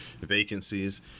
vacancies